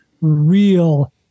real